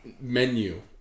menu